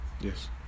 Yes